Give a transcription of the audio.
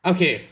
Okay